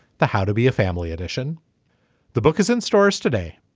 the how to be a family edition the book is in stores today.